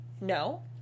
no